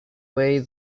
way